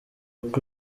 uko